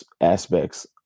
aspects